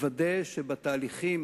לוודא שבתהליכים